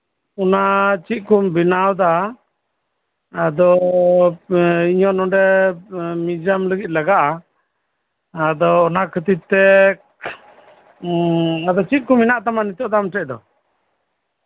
ᱚᱱᱟ ᱪᱤᱫ ᱠᱚᱢ ᱵᱚᱱᱟᱣ ᱫᱟ ᱟᱫᱚ ᱤᱧᱟᱹᱜ ᱱᱚᱸᱰᱮ ᱢᱤᱭᱩᱡᱤᱭᱟᱢ ᱞᱟᱹᱜᱤᱫ ᱞᱟᱜᱟᱜᱼᱟ ᱟᱫᱚ ᱚᱱᱟ ᱠᱷᱟᱛᱤᱨ ᱛᱮ ᱩᱸ ᱟᱫᱚ ᱪᱤᱫ ᱠᱚ ᱢᱮᱱᱟᱜ ᱛᱟᱢᱟ ᱱᱤᱛᱚᱜ ᱫᱚ ᱟᱢ ᱴᱷᱮᱡ ᱫᱚ